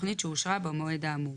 כתוכנית שאושרה במועד האמור,